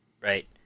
Right